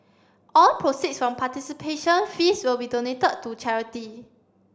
all proceeds from participation fees will be donated to charity